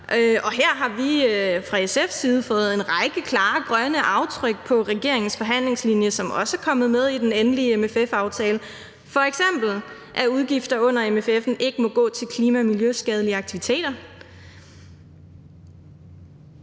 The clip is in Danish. her har vi fra SF's side fået en række klare, grønne aftryk på regeringens forhandlingslinje, som også kommet med i den endelige MFF-aftale. F.eks. at udgifter under MFF'en ikke må gå til klima- og miljøskadelige aktiviteter.